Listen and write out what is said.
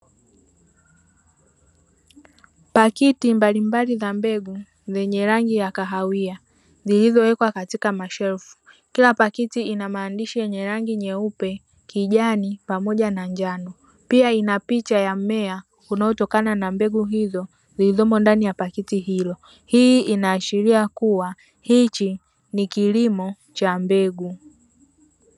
Pakiti mbalimbali za mbegu zenye rangi ya kahawia, zilizowekwa katika mashelfu. Kila pakiti ina maandishi yenye rangi nyeupe, kijani pamoja na njano; pia ina picha ya mmea unaotokana na mbegu hizo zilizomo ndani ya pakiti hilo. Hii inaashiria kuwa hichi ni kilimo cha mbegu.